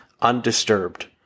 undisturbed